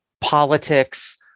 politics